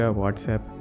WhatsApp